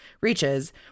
reaches